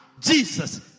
Jesus